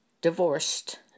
divorced